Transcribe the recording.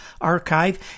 archive